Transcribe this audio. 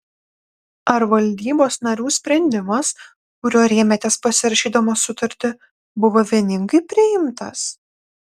ar valdybos narių sprendimas kuriuo rėmėtės pasirašydamas sutartį buvo vieningai priimtas